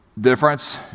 difference